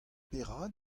perak